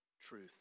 truth